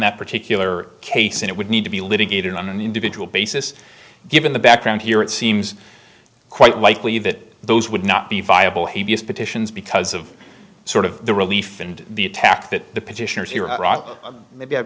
that particular case and it would need to be litigated on an individual basis given the background here it seems quite likely that those would not be viable he views petitions because of sort of the relief and the attack that the petitioners here iraq maybe i'm